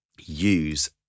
use